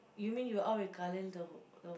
you mean you out with Kalil the who~ the